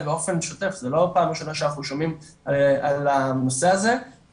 באופן שוטף - זה לא פעם ראשונה שאנחנו שומעים על הנושא הזה-